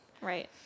right